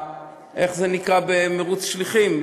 איך זה נקרא במירוץ שליחים?